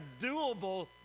doable